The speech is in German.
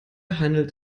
handelt